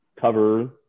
cover